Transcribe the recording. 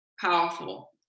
powerful